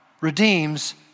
redeems